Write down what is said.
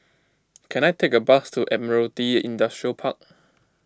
can I take a bus to Admiralty Industrial Park